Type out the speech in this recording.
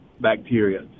bacteria